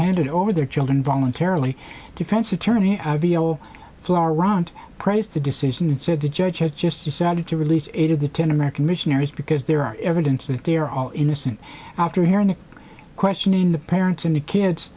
handed over their children voluntarily defense attorney will flow around praised the decision and said the judge has just decided to release eight of the ten american missionaries because there are evidence that they're all innocent after hearing the questioning the parents and the kids